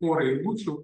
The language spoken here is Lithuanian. porą eilučių